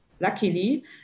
luckily